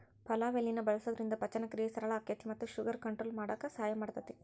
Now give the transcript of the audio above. ಪಲಾವ್ ಎಲಿನ ಬಳಸೋದ್ರಿಂದ ಪಚನಕ್ರಿಯೆ ಸರಳ ಆಕ್ಕೆತಿ ಮತ್ತ ಶುಗರ್ ಕಂಟ್ರೋಲ್ ಮಾಡಕ್ ಸಹಾಯ ಮಾಡ್ತೆತಿ